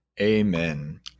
Amen